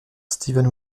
steven